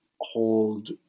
hold